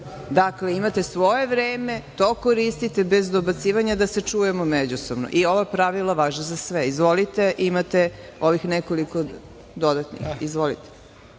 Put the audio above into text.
Dakle, imate svoje vreme. To koristite bez dobacivanja da se čujemo međusobno i ova pravila važe za sve. Izvolite. Imate ovih nekoliko dodatnih.